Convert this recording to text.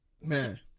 Man